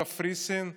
קפריסין ובולגריה.